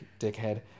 dickhead